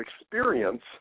experience